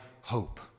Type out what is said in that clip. hope